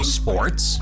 sports